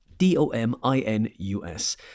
D-O-M-I-N-U-S